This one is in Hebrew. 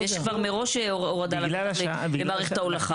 יש כבר מראש הורדה למערכת ההולכה.